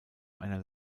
einer